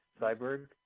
Cyberg